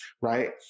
Right